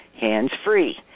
hands-free